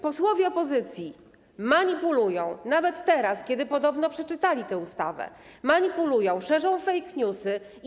Posłowie opozycji manipulują, nawet teraz, kiedy podobno przeczytali tę ustawę, manipulują, szerzą fake newsy i